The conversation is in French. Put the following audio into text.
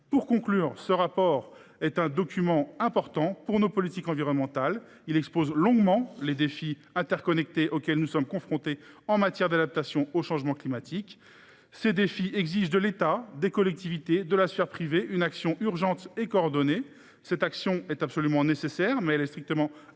dirai que ce rapport est un document important pour nos politiques environnementales. Il expose longuement les défis interconnectés auxquels nous sommes confrontés en matière d’adaptation au changement climatique. Ces défis exigent de l’État, des collectivités, de la sphère privée, une action urgente et coordonnée. Cette action est absolument nécessaire, mais elle est strictement incompatible